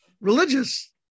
religious